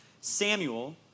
Samuel